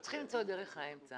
אנחנו מצריכים למצוא את דרך האמצע.